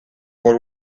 por